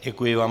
Děkuji vám.